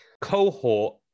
cohort